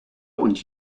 und